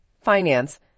finance